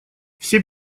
все